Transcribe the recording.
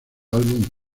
álbum